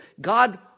God